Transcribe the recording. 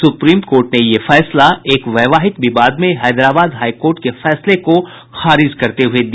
supreme court ने यह फैसला एक वैवाहिक विवाद में हैदराबाद हाई कोर्ट के फैसले को खारिज करते हुये दिया